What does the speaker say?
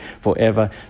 forever